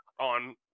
on